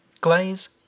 Glaze